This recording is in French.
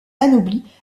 anobli